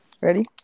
Ready